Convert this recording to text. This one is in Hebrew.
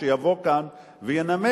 יבוא לכאן וינמק,